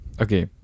Okay